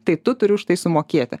tai tu turi už tai sumokėti